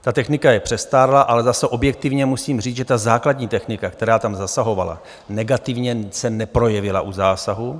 Ta technika je přestárlá, ale zase objektivně musím říct, že ta základní technika, která tam zasahovala, negativně se neprojevila u zásahu.